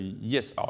Yes